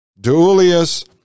Deulius